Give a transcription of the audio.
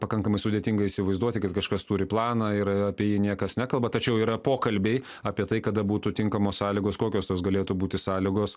pakankamai sudėtinga įsivaizduoti kad kažkas turi planą ir apie jį niekas nekalba tačiau yra pokalbiai apie tai kada būtų tinkamos sąlygos kokios tos galėtų būti sąlygos